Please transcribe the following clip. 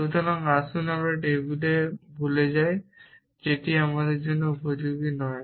সুতরাং আসুন আমরা টেবিলে ভুলে যাই যেটি আমাদের জন্য উপযোগী নয়